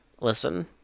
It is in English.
listen